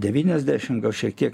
devyniasdešim gal šiek tiek